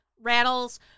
rattles